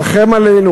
רחם עלינו,